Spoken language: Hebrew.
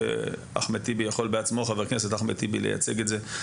ואולי אחמד טיבי יוכל להציג לנו דוגמה היום,